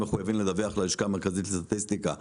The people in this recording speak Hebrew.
מחויבים לדווח ללשכה המרכזית לסטטיסטיקה,